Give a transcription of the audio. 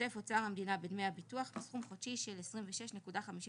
ישתתף אוצר המדינה בדמי הביטוח בסכום חודשי של 26.55